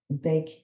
big